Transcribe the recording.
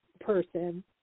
person